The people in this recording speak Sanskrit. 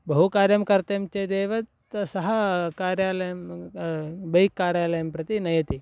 बहुकार्यं कर्तव्यं चेदेव त् सः कार्यालयं बैक् कार्यालयं प्रति नयति